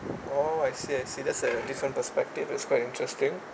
oh I see I see there's a different perspective it's quite interesting